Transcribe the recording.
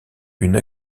une